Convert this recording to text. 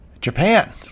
Japan